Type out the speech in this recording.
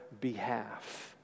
behalf